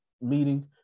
meeting